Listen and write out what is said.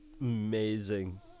Amazing